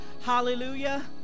Hallelujah